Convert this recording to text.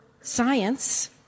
science